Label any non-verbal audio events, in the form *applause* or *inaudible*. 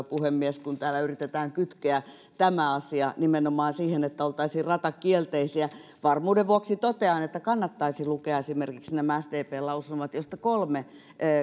*unintelligible* puhemies kun täällä yritetään kytkeä tämä asia nimenomaan siihen että oltaisiin ratakielteisiä varmuuden vuoksi totean että kannattaisi lukea esimerkiksi nämä sdpn lausumat joista kolme